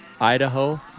Idaho